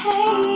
Hey